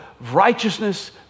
righteousness